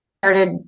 started